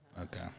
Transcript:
okay